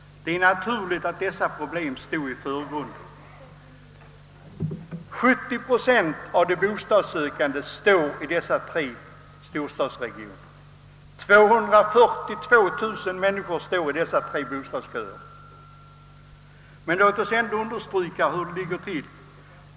Det är naturligt att dessa problem stod i förgrunden. 70 procent av de bostadssökande finns i de tre storstadsregionerna, och 242 000 människor står anmälda i de tre bostadsköerna där. Men låt mig förklara hur det ligger till.